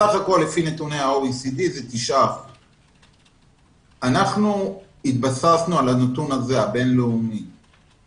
בסך הכול לפי נתוני ה-OECD זה 9%. אנחנו התבססנו על הנתון הבין-לאומי הזה.